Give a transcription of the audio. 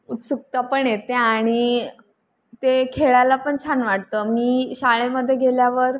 उत्सुकता पण येते आणि ते खेळायला पण छान वाटतं मी शाळेमध्ये गेल्यावर